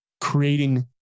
creating